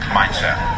mindset